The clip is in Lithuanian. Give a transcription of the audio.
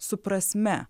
su prasme